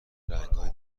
رنگای